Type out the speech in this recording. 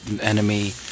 enemy